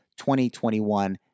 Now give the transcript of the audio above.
2021